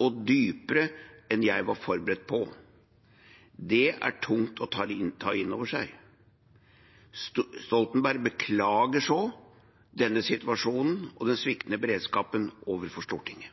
og dypere enn jeg var forberedt på. Det er tungt å ta inn over seg.» Stoltenberg beklaget så denne situasjonen og den sviktende beredskapen overfor Stortinget.